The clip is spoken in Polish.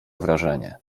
wrażenie